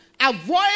Avoid